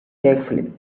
carefully